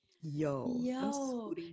yo